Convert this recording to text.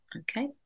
Okay